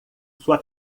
sua